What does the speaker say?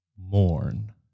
mourn